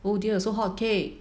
oh dear so hotcake